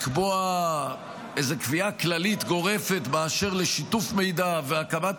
לקבוע איזו קביעה כללית גורפת באשר לשיתוף מידע והקמת